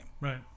right